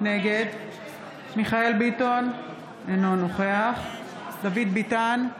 נגד מיכאל מרדכי ביטון, אינו נוכח דוד ביטן,